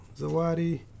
Zawadi